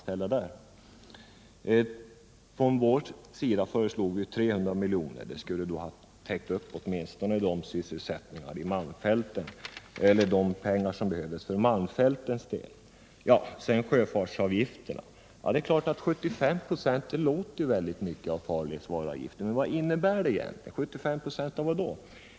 Vi föreslog från vår sida 300 milj.kr. Det skulle ha motsvarat åtminstone de pengar som behövdes för malmfältens del. Beträffande sjöfartsavgifterna är det klart att 75 96 av farledsvaruavgiften låter väldigt mycket. Men vad innebär det egentligen? 75 96 av vad?